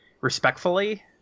respectfully